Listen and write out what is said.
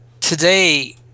Today